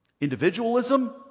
Individualism